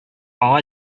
аңа